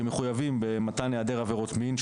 שמחויבים במתן העדר עבירות מין,